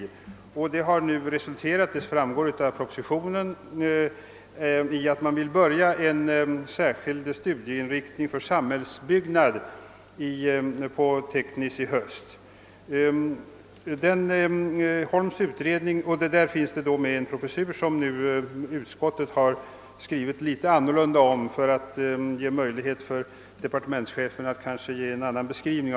Som framgår av propositionen har den utredningen resulterat i att man vill påbörja en särskild studieinriktning för samhällsbyggnad på tekniska högskolan i höst. Där finns då upptagen en professur, som utskottet har skrivit litet annorlunda om, kanske för att ge departementschefen möjlighet att ge professuren en annan beskrivning.